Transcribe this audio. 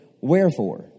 wherefore